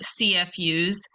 CFUs